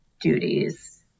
duties